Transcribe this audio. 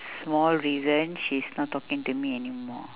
small reason she's not talking to me anymore